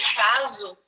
caso